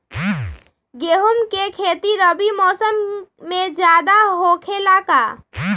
गेंहू के खेती रबी मौसम में ज्यादा होखेला का?